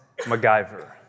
MacGyver